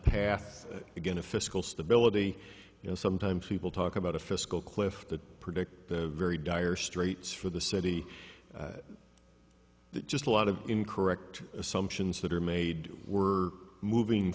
path again a fiscal stability you know sometimes people talk about a fiscal cliff to predict the very dire straits for the city that just a lot of incorrect assumptions that are made we're moving